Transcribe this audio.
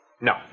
No